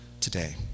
today